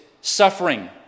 suffering